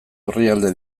orrialde